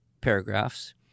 paragraphs